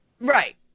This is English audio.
Right